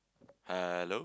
hello